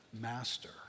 master